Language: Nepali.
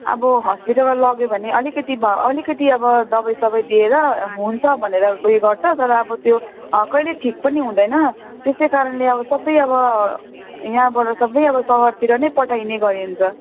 आब हस्पिटलमा लग्यो भने अलिकति भयो अलिकति अब दबाईसबाई दिएर हुन्छ भनेर उयो गर्छ तर अब त्यो कहिले ठिक पनि हुँदैन त्यसै कारणले अब सबै अब यहाँबाट सबै अब सहरतिर नै पठाइने गरिन्छ